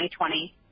2020